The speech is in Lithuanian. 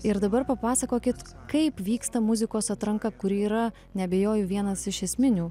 ir dabar papasakokit kaip vyksta muzikos atranka kuri yra neabejoju vienas iš esminių